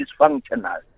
dysfunctional